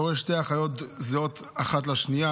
אתה רואה שתי אחיות זהות אחת לשנייה,